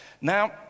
Now